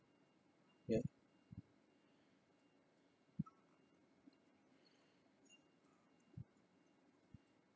ya